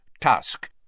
task